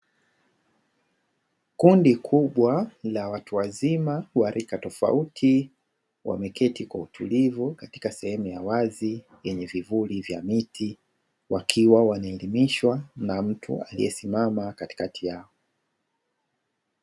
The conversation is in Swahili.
Kundi kubwa la watu wazima, wa rika tofauti, wameketi kwa utulivu katika sehemu ya wazi yenye vivuli vya miti, wakiwa wanaelimishwa na mtu aliyesimama katikati yao.